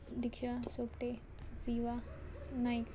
Diksha Sopte Jiva Naik